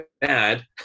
bad